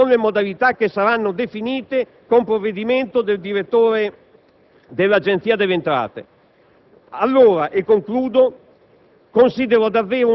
nei limiti e con le modalità che saranno definite con provvedimento del direttore dell'Agenzia delle entrate. Considero